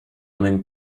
même